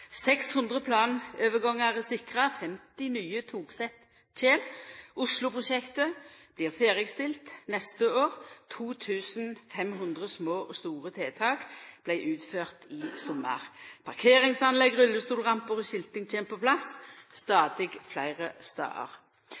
600 planovergangar er sikra. 50 nye togsett kjem. Oslo-prosjektet blir ferdigstilt neste år. 2 500 små og store tiltak vart utførte i sommar. Parkeringsanlegg, rullestolramper og skilting kjem på plass stadig fleire